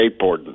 skateboarding